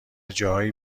جاهای